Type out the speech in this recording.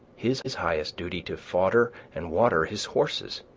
his his highest duty to fodder and water his horses!